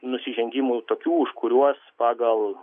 nusižengimų tokių už kuriuos pagal